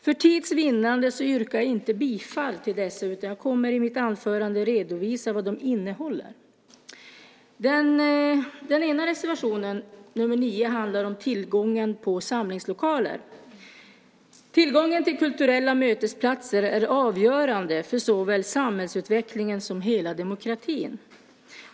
För tids vinnande yrkar jag inte bifall till dessa utan jag kommer i mitt anförande att redovisa vad de innehåller. Den ena reservationen, nr 9, handlar om tillgången på samlingslokaler. Tillgången till kulturella mötesplatser är avgörande för såväl samhällsutvecklingen som hela demokratin.